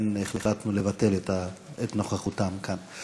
ולכן החלטנו לבטל את נוכחותם כאן.